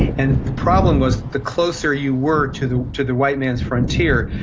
and the problem was, the closer you were to the to the white man's frontier,